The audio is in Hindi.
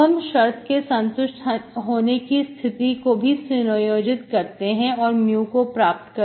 अब हम शर्ट के संतुष्ट होने की स्थिति को सुनियोजित करते हैं औरmu को प्राप्त कर सकते हैं